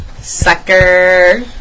sucker